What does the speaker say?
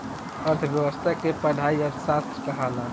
अर्थ्व्यवस्था के पढ़ाई अर्थशास्त्र कहाला